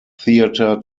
theatre